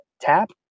tap